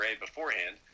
beforehand